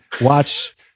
watch